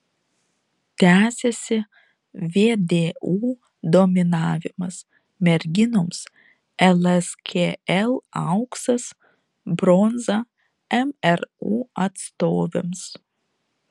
tęsiasi vdu dominavimas merginoms lskl auksas bronza mru atstovėms